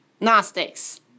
Gnostics